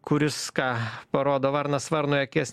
kuris ką parodo varnas varnui akies